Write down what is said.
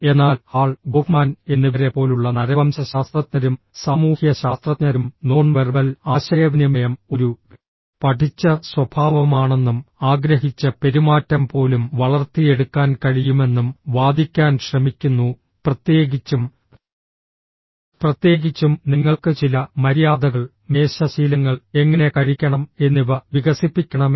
എന്നാൽ Hall Goffman എന്നിവരെപ്പോലുള്ള നരവംശശാസ്ത്രജ്ഞരും സാമൂഹ്യശാസ്ത്രജ്ഞരും നോൺ വെർബൽ ആശയവിനിമയം ഒരു പഠിച്ച സ്വഭാവമാണെന്നും ആഗ്രഹിച്ച പെരുമാറ്റം പോലും വളർത്തിയെടുക്കാൻ കഴിയുമെന്നും വാദിക്കാൻ ശ്രമിക്കുന്നു പ്രത്യേകിച്ചും പ്രത്യേകിച്ചും നിങ്ങൾക്ക് ചില മര്യാദകൾ മേശ ശീലങ്ങൾ എങ്ങനെ കഴിക്കണം എന്നിവ വികസിപ്പിക്കണമെങ്കിൽ